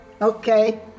Okay